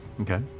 Okay